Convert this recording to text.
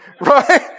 Right